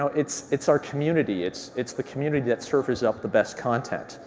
so it's it's our community, it's it's the community that surfaces up the best content,